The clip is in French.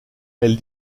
elle